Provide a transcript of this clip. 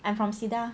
I'm from cedar